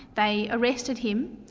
they arrested him,